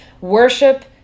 worship